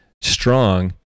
strong